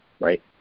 right